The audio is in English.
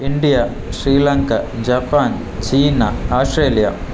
India Sri Lanka Japan China Australia